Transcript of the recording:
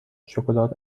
شکلات